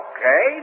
Okay